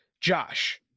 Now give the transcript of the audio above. Josh